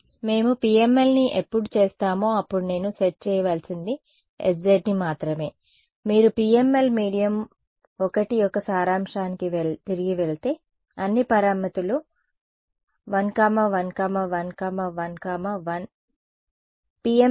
చేయవలసింది మేము PMLని ఎప్పుడు చేసామో అప్పుడు నేను సెట్ చేయవలసింది sz ని మాత్రమే మీరు PML మీడియం 1 యొక్క సారాంశానికి తిరిగి వెళితే అన్ని పారామితులు 1 1 1 1 1 1